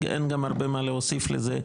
שאין גם הרבה מה להוסיף לזה,